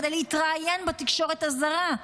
כדי להתראיין בתקשורת הזרה.